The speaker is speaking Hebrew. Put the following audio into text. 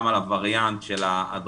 גם על הווריאנט של ההדרכה,